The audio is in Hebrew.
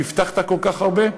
שהבטחת לו כל כך הרבה,